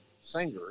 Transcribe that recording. singer